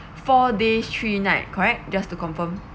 four day three night correct just to confirm